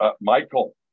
Michael